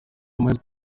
amahirwe